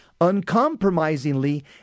uncompromisingly